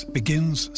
begins